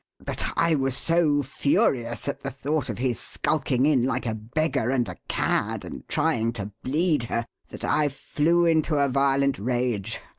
but i was so furious at the thought of his skulking in like a beggar and a cad, and trying to bleed her, that i flew into a violent rage,